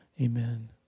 Amen